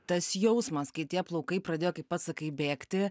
tas jausmas kai tie plaukai pradėjo kaip pats sakai bėgti